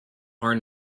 are